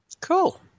Cool